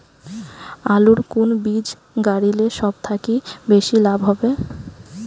আলুর কুন বীজ গারিলে সব থাকি বেশি লাভ হবে?